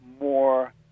more